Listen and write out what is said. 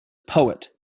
poet